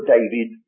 David